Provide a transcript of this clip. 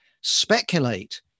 speculate